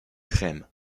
crème